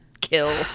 Kill